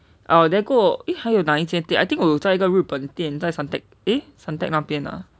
oh there 过 eh 还有哪一间店 I think 我有在日本店在 suntec eh suntec 那边 ah